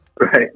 right